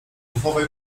uchowaj